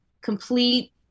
complete